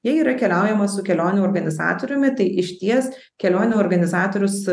jei yra keliaujama su kelionių organizatoriumi tai išties kelionių organizatorius